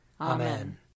Amen